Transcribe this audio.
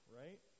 right